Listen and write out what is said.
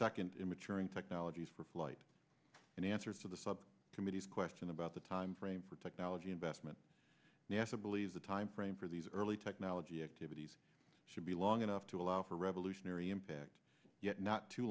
second in maturing technologies for flight and answers for the sub committee's question about the time frame for technology investment nasa believes the time frame for these early technology activities should be long enough to allow for revolutionary impact yet not too